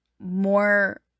more